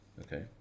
Okay